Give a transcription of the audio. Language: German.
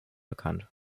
bekannt